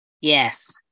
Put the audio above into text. Yes